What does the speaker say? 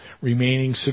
remaining